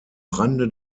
rande